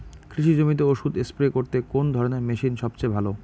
কৃষি জমিতে ওষুধ স্প্রে করতে কোন ধরণের মেশিন সবচেয়ে ভালো?